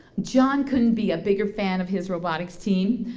john couldn't be a bigger fan of his robotics team.